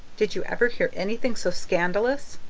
did you ever hear anything so scandalous?